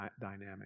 dynamic